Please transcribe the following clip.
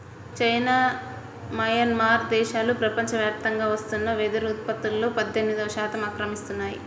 China, Myanmar దేశాలు ప్రపంచవ్యాప్తంగా వస్తున్న వెదురు ఉత్పత్తులో పద్దెనిమిది శాతం ఆక్రమిస్తున్నాయి